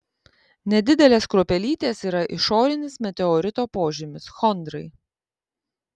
nedidelės kruopelytės yra išorinis meteorito požymis chondrai